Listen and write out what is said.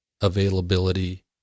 availability